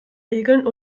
regeln